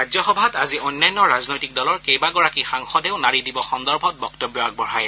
ৰাজ্যসভাত আজি অন্যান্য ৰাজনৈতিক দলৰ কেইবাগৰাকী সাংসদেও নাৰী দিৱস সন্দৰ্ভত বক্তব্য আগবঢ়ায়